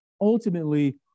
ultimately